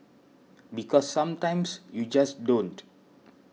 because sometimes you just don't